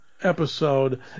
episode